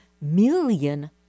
million